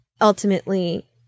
ultimately